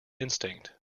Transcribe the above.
instinct